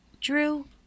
Drew